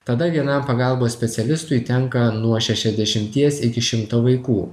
tada vienam pagalbos specialistui tenka nuo šešiasdešimties iki šimto vaikų